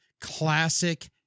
classic